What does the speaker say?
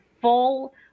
full